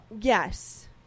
Yes